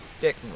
dick